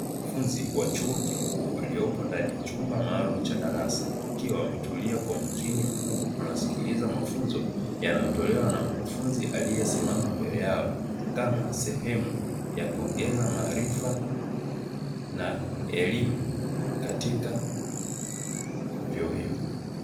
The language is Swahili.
Wanafunzi wa chuo kikuu waliopo ndani ya chumba maalum cha darasa, wakiwa wametulia kwa umakini mkubwa anasikiliza mafunzo yanayotolewa na mkufunzi aliyesimama mbele yao kama sehemu ya kuongeza maarifa na elimu katika vyuo hivyo.